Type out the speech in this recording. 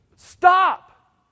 stop